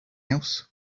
else